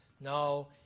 No